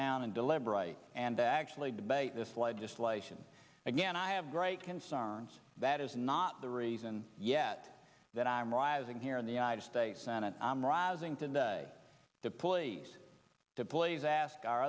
noun and deliberate and actually debate this legislation again i have great concerns that is not the reason yet that i'm rising here in the united states senate i'm rising today the police to please ask our